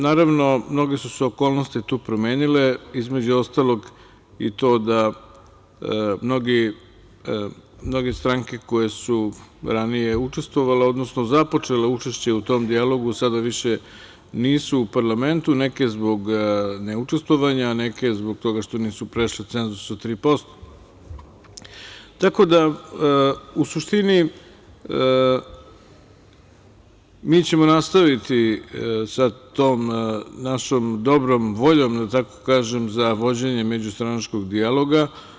Naravno, mnoge su se okolnosti tu promenile, između ostalog i to da mnoge stranke koje su ranije učestvovale, odnosno započele učešće u tom dijalogu sada više nisu u parlamentu, neke zbog neučestvovanja, neke zbog toga što nisu prešle cenzus od 3%, tako da u suštini mi ćemo nastaviti sa tom našom dobrom voljom, da tako kažem, za vođenje međustranačkog dijaloga.